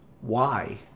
Why